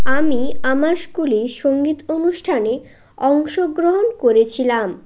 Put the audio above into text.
আমি আমার স্কুলে সঙ্গীত অনুষ্ঠানে অংশগ্রহণ করেছিলাম